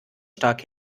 stark